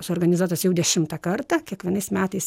suorganizuotas jau dešimtą kartą kiekvienais metais